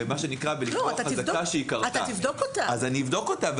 לא, אתה תבדוק אותה.